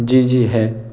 جی جی ہے